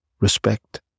respect